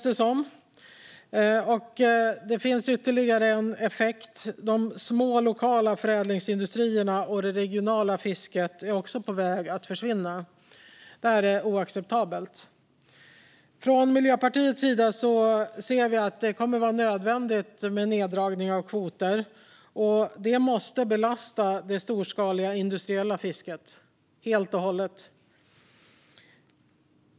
Det kan leda till ytterligare en effekt, nämligen att de små lokala förädlingsindustrierna och det regionala fisket också är på väg att försvinna. Det här är oacceptabelt. Vi i Miljöpartiet menar att det kommer att vara nödvändigt med en neddragning av kvoter. Detta måste helt och hållet belasta det storskaliga industriella fisket.